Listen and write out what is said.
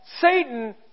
Satan